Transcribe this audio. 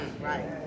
right